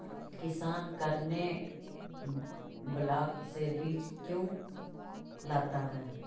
किसान करने ब्लाक से बीज क्यों लाता है?